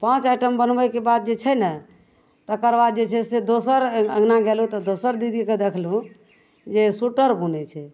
पाँच आइटम बनबैके बाद जे छै ने तकर बाद जे छै दोसर अँगना गेलहुँ तऽ दोसर दीदीके देखलहुँ जे सोइटर बुनै छै